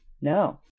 No